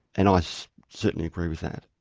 and i so certainly agree with that.